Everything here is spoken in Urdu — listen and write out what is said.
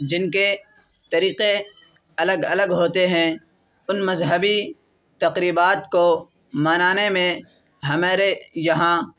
جن کے طریقے الگ الگ ہوتے ہیں ان مذہبی تقریبات کو منانے میں ہمارے یہاں